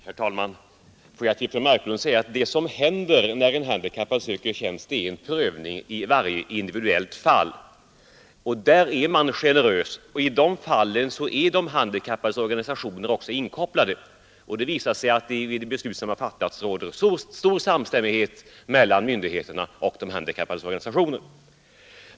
Herr talman! Får jag till fru Marklund säga att när en handikappad söker tjänst sker en prövning i varje individuellt fall. Man är generös vid bedömningen, och de handikappades organisationer är också inkopplade. Det har visat sig att vid de beslut som har fattats stor samstämmighet har rått mellan myndigheterna och handikapporganisationerna.